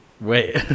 Wait